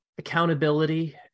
accountability